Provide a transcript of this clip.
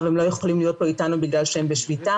הם לא יכולים להיות פה איתנו בגלל שהם בשביתה.